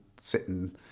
sitting